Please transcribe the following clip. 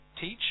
teach